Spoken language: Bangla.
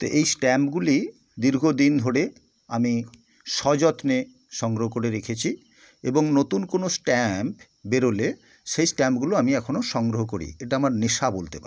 তা এই স্ট্যাম্পগুলি দীর্ঘ দিন ধরে আমি সযত্নে সংগ্রহ করে রেখেছি এবং নতুন কোনো স্ট্যাম্প বেরোলে সেই স্ট্যাম্পগুলো আমি এখনো সংগ্রহ করি এটা আমার নেশা বলতে পারেন